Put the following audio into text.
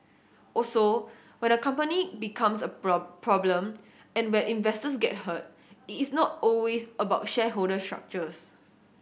also when a company becomes a problem and when investors get hurt it is not always about shareholder structures